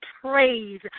praise